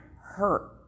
hurt